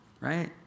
right